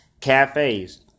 cafes